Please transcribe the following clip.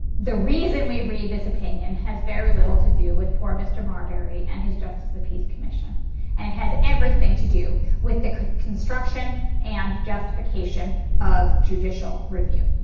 the reason we read this opinion has very little to do with poor mr. marbury and his justice of the peace commission and it has everything to do with the construction and justification of judicial review.